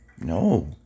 No